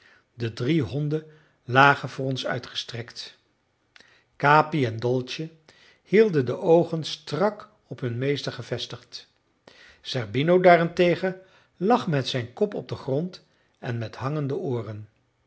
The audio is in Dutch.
de drie honden lagen voor ons uitgestrekt capi en dolce hielden de oogen strak op hun meester gevestigd zerbino daarentegen lag met zijn kop op den grond en met hangende ooren